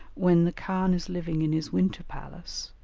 when the khan is living in his winter palace,